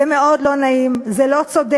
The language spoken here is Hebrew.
זה מאוד לא נעים, זה לא צודק,